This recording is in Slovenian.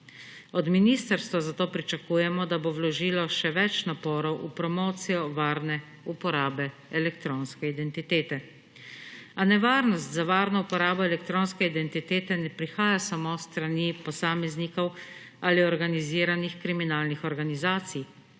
Od ministrstva zato pričakujemo, da bo vložilo še več naporov v promocijo varne uporabe elektronske identitete, a nevarnost za varno uporabo elektronske identitete ne prihaja samo s strani posameznikov ali organiziranih kriminalnih organizacij,